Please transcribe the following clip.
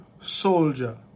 soldier